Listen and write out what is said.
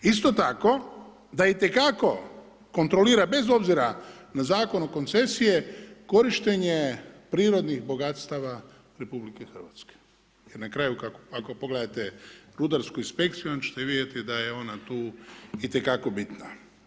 Isto tako da itekako kontrolira, bez obzira na zakon o koncesiji korištenje prirodnih bogatstava RH, jer na kraju ako pogledate rudarsku inspekciju onda ćete vidjeti da je ona tu itekako bitna.